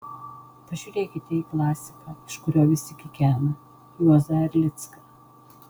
pažiūrėkite į klasiką iš kurio visi kikena juozą erlicką